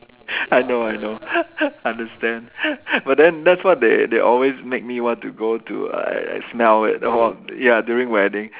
I know I know understand but then that's what they they always make me want to go to uh uh smell it ya during wedding